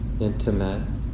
intimate